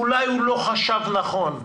אולי הוא לא חשב נכון.